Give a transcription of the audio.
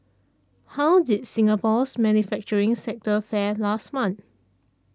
how did Singapore's manufacturing sector fare last month